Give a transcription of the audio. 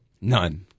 None